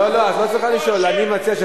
לא להאשים אותו, תאשימי את הממשלה.